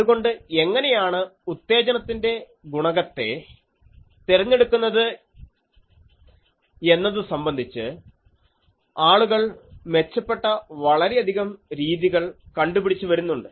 അതുകൊണ്ട് എങ്ങനെയാണ് ഉത്തേജനത്തിന്റെ ഗുണകത്തെ തെരഞ്ഞെടുക്കുന്നത് എന്നത് സംബന്ധിച്ച് ആളുകൾ മെച്ചപ്പെട്ട വളരെയധികം രീതികൾ കണ്ടുപിടിച്ചു വരുന്നുണ്ട്